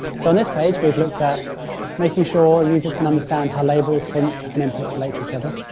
so on this page, we have looked at making sure users can understand how labels, hints and inputs relate to each other,